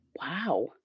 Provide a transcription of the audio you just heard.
Wow